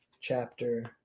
chapter